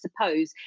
suppose